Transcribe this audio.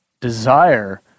desire